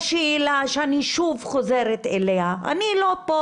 השאלה שאני שוב חוזרת אליה - אני לא פה